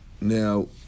Now